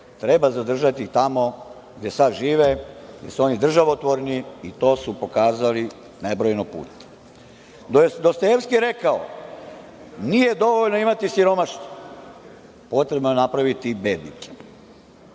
treba zadržati tamo gde sada žive, jer su oni državotvorni, i to su pokazali nebrojeno puta. Dostojevski je rekao – nije dovoljno imati siromašne, potrebno je napraviti bednike.